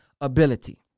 ability